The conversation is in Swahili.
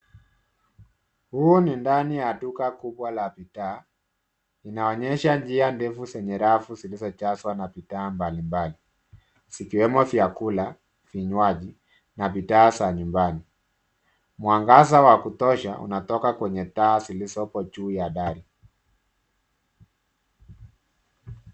Humu ni ndani mwa duka kubwa la bidhaa, inaonyesha njia ndefu zenye rafu zilizojazwa na bidhaa mbalimbali, zikiwemo vyakula, vinywaji na bidhaa za nyumbani. Mwangaza wa kutosha unatoka kwenye taa zilizo juu ya gari.